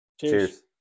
Cheers